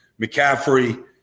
McCaffrey